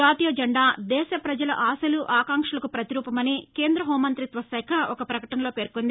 జాతీయ జెండా దేశ ప్రజల ఆశలు ఆకాంక్షలకు పతిరూపమని కేంద్ర హెూంమంతిత్వ శాఖ ఒక పకటనలో పేర్కొంది